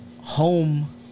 Home